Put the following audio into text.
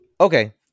Okay